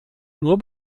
nur